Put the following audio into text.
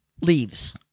leaves